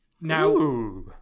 Now